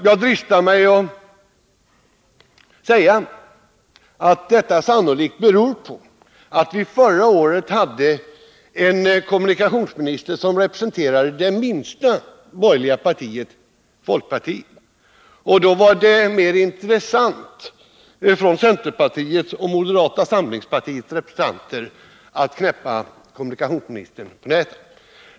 Jag dristar mig att säga att detta sannolikt beror på att vi förra året hade en kommunikationsminister som representerade det minsta borgerliga partiet — folkpartiet. Då var det mer intressant för centerpartiets och moderata samlingspartiets representanter att knäppa kommunikationsministern på näsan.